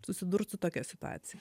susidurt su tokia situacija